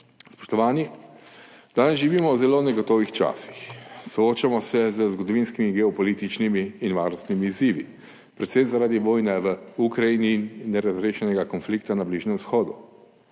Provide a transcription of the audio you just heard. Spoštovani! Danes živimo v zelo negotovih časih. Soočamo se z zgodovinskimi, geopolitičnimi in varnostnimi izzivi, predvsem zaradi vojne v Ukrajini in nerazrešenega konflikta na Bližnjem vzhodu.